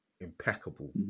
impeccable